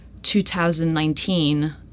2019